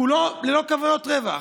כולו ללא כוונות רווח,